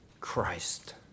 Christ